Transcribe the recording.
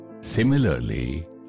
Similarly